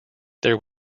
there